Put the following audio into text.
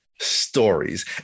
stories